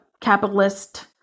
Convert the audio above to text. capitalist